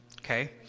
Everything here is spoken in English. Okay